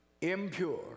impure